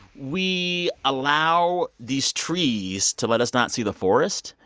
we allow these trees to let us not see the forest.